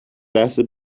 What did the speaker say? لحظه